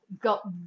got